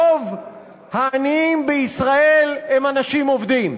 רוב העניים בישראל הם אנשים עובדים.